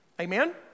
Amen